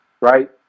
right